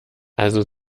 also